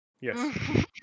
yes